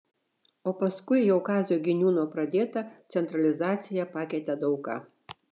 o paskui jau kazio giniūno pradėta centralizacija pakeitė daug ką